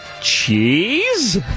Cheese